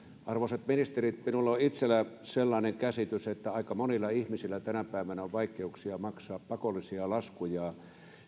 arvoisat ministerit minulla on itselläni sellainen käsitys että aika monilla ihmisillä tänä päivänä on vaikeuksia maksaa pakollisia laskuja